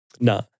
No